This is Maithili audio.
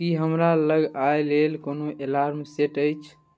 की हमरा लग आइ लेल कोनो एलार्म सेट अछि